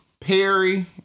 Perry